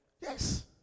Yes